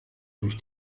durch